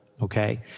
okay